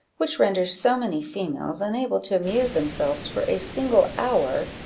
which renders so many females unable to amuse themselves for a single hour,